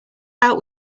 out